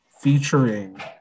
featuring